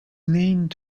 named